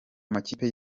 amakipe